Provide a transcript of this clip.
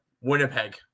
Winnipeg